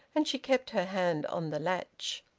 and she kept her hand on the latch.